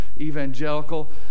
evangelical